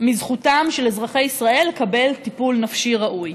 מזכותם של אזרחי ישראל לקבל טיפול נפשי ראוי.